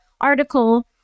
article